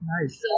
Nice